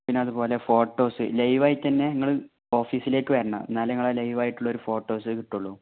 പിന്നെ അതുപോലെ ഫോട്ടോസ് ലൈവായിട്ടുതന്നെ നിങ്ങൾ ഓഫീസിലേക്ക് വരണം എന്നാലേ നിങ്ങളെ ലൈവ് ആയിട്ടുള്ളൊരു ഫോട്ടോസ് കിട്ടുകയുള്ളൂ